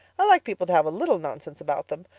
i like people to have a little nonsense about them.